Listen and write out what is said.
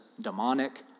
demonic